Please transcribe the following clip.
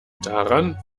daran